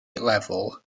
lefel